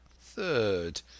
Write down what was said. Third